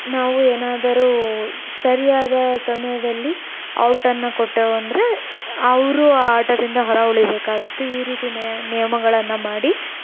ನಾವು ಏನಾದರೂ ಸರಿಯಾದ ಸಮಯದಲ್ಲಿ ಔಟನ್ನು ಕೊಟ್ಟೆವು ಅಂದರೆ ಅವರು ಆ ಆಟದಿಂದ ಹೊರ ಉಳಿಬೇಕಾಗಿತ್ತು ಈ ರೀತಿ ನಿಯಮಗಳನ್ನು ಮಾಡಿ